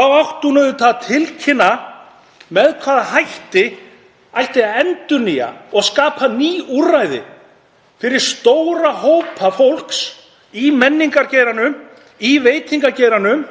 átt að tilkynna með hvaða hætti ætti að endurnýja og skapa ný úrræði fyrir stóra hópa fólks í menningargeiranum, í veitingageiranum